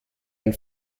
ein